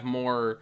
more